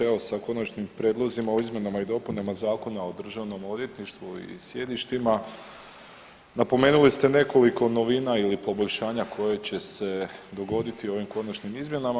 Evo, sa konačnim prijedlozima o izmjenama i dopunama Zakona o Državnom odvjetništvu i sjedištima napomenuli ste nekoliko novina ili poboljšavanja koje će se dogoditi ovim konačnim izmjenama.